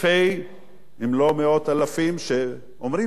אם לא מאות אלפים, שאומרים, שואלים את השאלה הזאת.